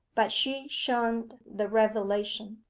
but she shunned the revelation.